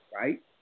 right